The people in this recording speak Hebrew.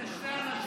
הינה, שני אנשים